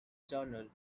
general